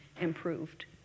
improved